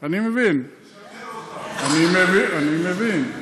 זה משפחות, אני מבין.